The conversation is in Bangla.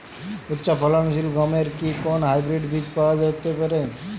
উচ্চ ফলনশীল গমের কি কোন হাইব্রীড বীজ পাওয়া যেতে পারে?